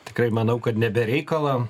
tikrai manau kad ne be reikalo